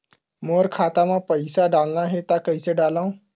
मोर खाता म पईसा डालना हे त कइसे डालव?